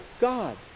God